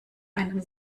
einen